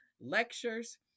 lectures